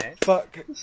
fuck